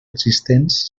existents